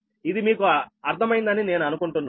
ఇది మీకు అర్థం అయిందని నేను అనుకుంటున్నాను